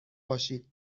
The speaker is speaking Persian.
باشید